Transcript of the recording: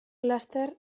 laster